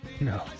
No